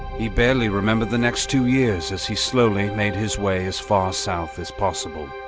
he barely remembered the next two years, as he slowly made his way as far south as possible.